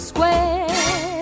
Square